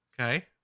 Okay